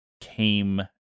came